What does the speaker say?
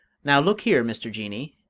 now, look here, mr. jinnee,